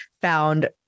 found